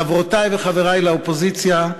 חברותי וחברי לאופוזיציה,